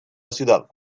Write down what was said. ciudad